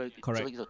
correct